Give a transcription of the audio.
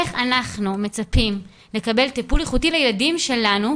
איך אנחנו מצפים לקבל טיפול איכותי לילדים שלנו,